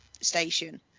station